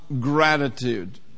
gratitude